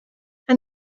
and